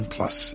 Plus